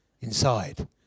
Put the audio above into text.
inside